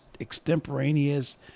extemporaneous